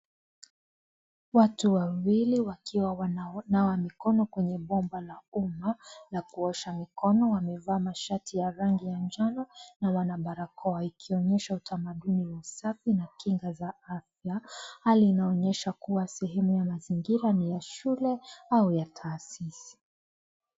Watu wawili wakiwa wananawa mikonokwenye bomba la kuta, na kuosha mikono, wamevaa mashati ya rangi ya manjano na wana barakoa, ikionyesha utamaduni wa usafi na kinga za afya . Hali inaonyesha kuwa sehemu ya mazingira ni ya shule au ya taasisi.